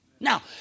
Now